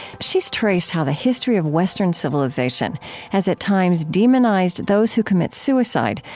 she's traced how the history of western civilization has at times demonized those who commit suicide,